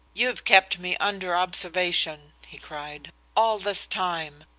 you've kept me under observation, he cried, all this time.